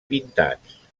pintats